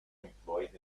employed